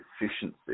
efficiency